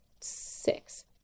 six